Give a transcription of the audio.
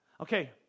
okay